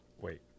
Wait